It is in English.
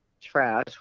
trash